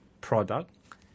product